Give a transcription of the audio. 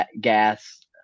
gas